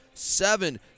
Seven